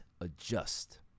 adjust